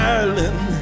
Ireland